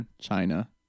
China